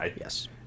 yes